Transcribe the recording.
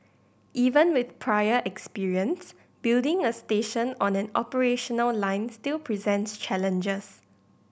even with prior experience building a station on an operational line still presents challenges